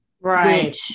Right